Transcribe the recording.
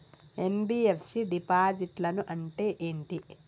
NBFC డిపాజిట్లను అంటే ఏంటి?